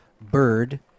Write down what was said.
bird